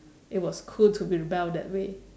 it was cool to be rebel that way